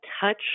touch